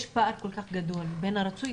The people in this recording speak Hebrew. יש פער כל כך גדול בין הרצוי,